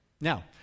Now